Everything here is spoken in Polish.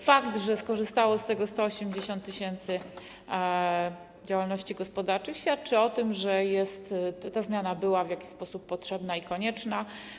Fakt, że skorzystało z tego 180 tys. działalności gospodarczych, świadczy o tym, że ta zmiana była w jakiś sposób potrzebna i konieczna.